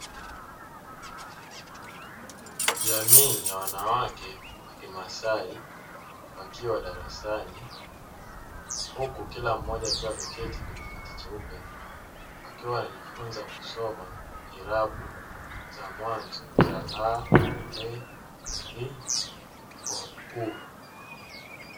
Jamii ya wanawake wa kimasai wakiwa darasani huku kila mmoja akiwa ameketi kwenye kiti cheupe, wakiwa wanajifunza kusoma irabu za mwanzo za a, e, i, o, u.